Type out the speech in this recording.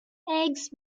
eggs